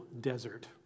desert